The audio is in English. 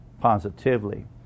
positively